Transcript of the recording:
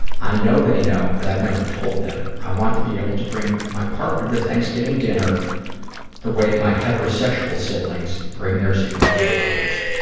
i know they know, but i've never told them. i want to be able to bring my partner to thanksgiving dinner the way my heterosexual siblings bring their significant others.